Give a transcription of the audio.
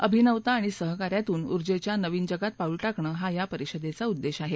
अभिनवता आणि सहकार्यातून ऊर्जेच्या नवीन जगात पाऊल टाकणं हा या परिषदेचा उद्देश आहे